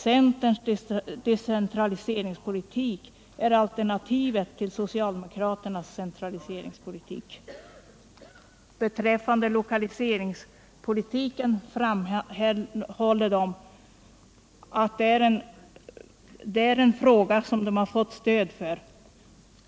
——— Centerns decentraliseringspolitik är alternativet till socialdemokraternas centraliseringspolitik.” Beträffande lokaliseringspolitiken framhålls att det är en fråga som centern fått stöd för.